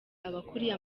abakuriye